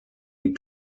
die